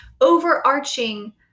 overarching